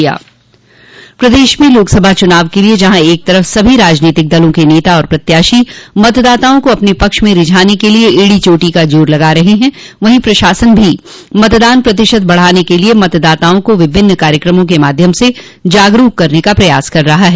प्रदेश में लोकसभा चुनाव के लिये जहां एक तरफ सभी राजनीतिक दलों के नेता और प्रत्याशी मतदाताओं को अपने पक्ष में रिझाने के लिये एड़ी चोटी का जोर लगा रहे हैं वहीं प्रशासन भी मतदान प्रतिशत बढ़ाने के लिये मतदाताओं को विभिन्न कार्यक्रमों के माध्यम से जागरूक करने का प्रयास कर रहा है